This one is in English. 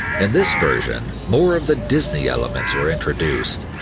in this version, more of the disney elements were introduced,